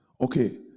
Okay